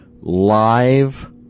live